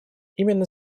именно